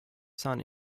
son